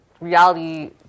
reality